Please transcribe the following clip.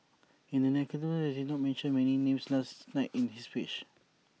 IT is notable that he did not mention any names last night in his speech